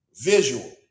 visual